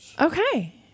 Okay